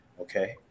okay